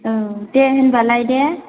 औ दे होनबालाय दे